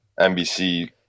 NBC